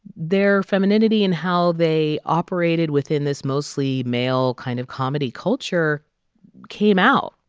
their femininity and how they operated within this mostly male kind of comedy culture came out.